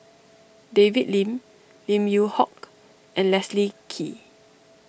David Lim Lim Yew Hock and Leslie Kee